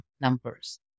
numbers